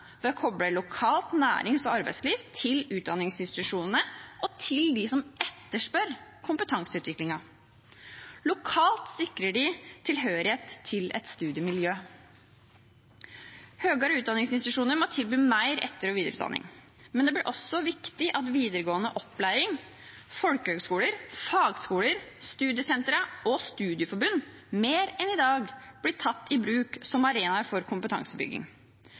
ved å koble lokalt nærings- og arbeidsliv til utdanningsinstitusjonene og til dem som etterspør kompetanseutvikling. Lokalt sikrer de tilhørighet til et studiemiljø. Høyere utdanningsinstitusjoner må tilby mer etter- og videreutdanning, men det blir også viktig at videregående opplæring, folkehøyskoler, fagskoler, studiesentra og studieforbund mer enn i dag blir tatt i bruk som arenaer for kompetansebygging.